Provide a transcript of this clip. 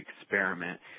experiment